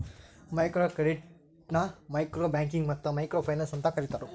micro ಕ್ರೆಡಿಟ್ನ micro banking ಮತ್ತ micro finance ಅಂತೂ ಕರಿತಾರ